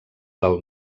del